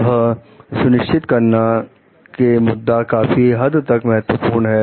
यह सुनिश्चित करना के मुद्दा काफी हद तक महत्वपूर्ण है